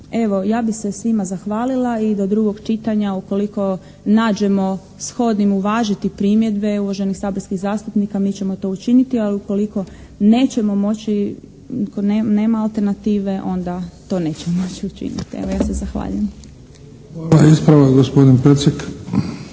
Evo ja bih se svima zahvalila i do drugog čitanja ukoliko nađemo shodnim uvažiti primjedbe uvaženih saborskih zastupnika mi ćemo to učiniti, ali ukoliko nećemo moći, ako nema alternative onda to nećemo moći učiniti. Evo ja se zahvaljujem.